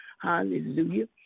Hallelujah